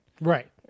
Right